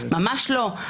ממש לא.